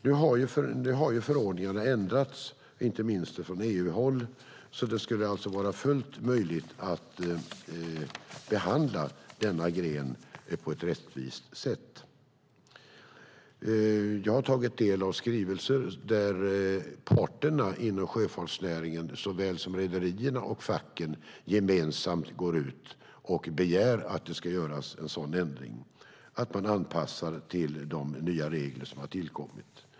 Nu har förordningarna ändrats, inte minst från EU-håll, så det skulle alltså vara fullt möjligt att behandla denna gren på ett rättvist sätt. Jag har tagit del av skrivelser där parterna inom sjöfartsnäringen, såväl rederierna som facken, gemensamt går ut och begär att det ska göras en sådan ändring att man anpassar till de nya regler som har tillkommit.